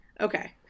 Okay